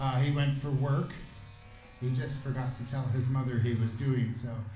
he went for work he just forgot to tell his mother he was doing so.